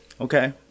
Okay